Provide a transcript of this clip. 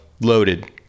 loaded